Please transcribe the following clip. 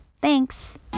Thanks